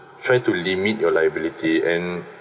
try to limit your liability and